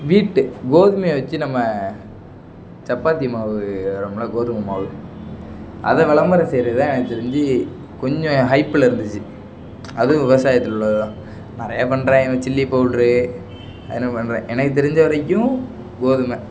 வீட்டு கோதுமையை வச்சி நம்ம சப்பாத்தி மாவு நம்ம கோதுமை மாவு அதை விளம்பரம் செய்கிறது தான் எனக்கு தெரிஞ்சு கொஞ்சம் ஹைப்பில் இருந்துச்சு அதுவும் விவசாயத்தில் உள்ளது தான் நிறைய பண்ணுறாங்க இந்த சில்லி பவுட்ரு அதெலாம் பண்ணுறா எனக்கு தெரிஞ்ச வரைக்கும் கோதுமை